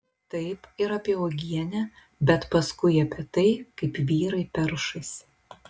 taip ir apie uogienę bet paskui apie tai kaip vyrai peršasi